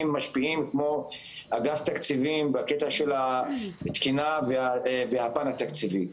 משפיעים כמו אגף תקציבים בקטע של התקינה והפן התקציבי.